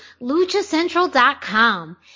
luchacentral.com